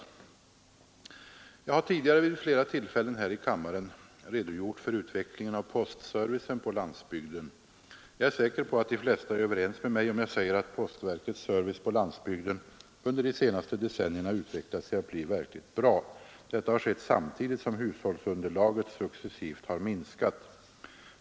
Jag har tidigare vid flera tillfällen här i kammaren redogjort för utvecklingen av postservicen på landsbygden. Jag är säker på att de flesta är överens med mig om jag säger att postverkets service på landsbygden under de senaste decennierna utvecklats till att bli verkligt bra. Detta har skett samtidigt som hushållsunderlaget successivt har minskat.